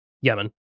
Yemen